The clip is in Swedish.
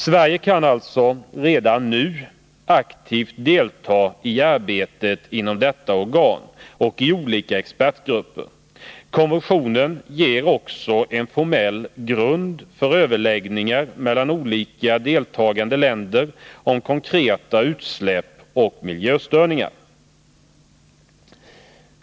Sverige kan alltså redan nu aktivt delta i arbetet inom detta organ och i olika expertgrupper. Konventionen ger också en formell grund för överläggningar mellan olika deltagande länder om konkreta utsläpp och miljöstörningar.